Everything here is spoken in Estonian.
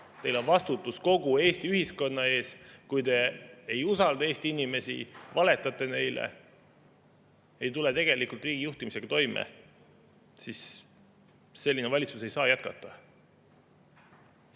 Teil on vastutus kogu Eesti ühiskonna ees. Kui te ei usalda Eesti inimesi, valetate neile, ei tule riigi juhtimisega toime, siis selline valitsus ei saa jätkata. Nagu